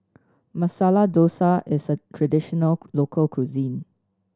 Masala Dosa is a traditional local cuisine